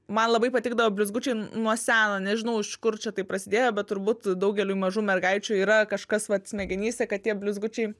man labai patikdavo blizgučiai nuo seno nežinau iš kur čia tai prasidėjo bet turbūt daugeliui mažų mergaičių yra kažkas vat smegenyse kad tie blizgučiai